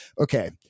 okay